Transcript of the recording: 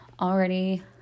already